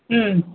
ம்